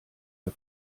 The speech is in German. der